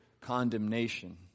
condemnation